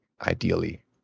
ideally